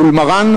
ולמרן,